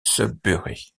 sudbury